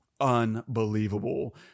unbelievable